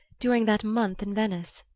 during that month in venice?